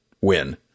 win